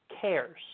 cares